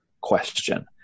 question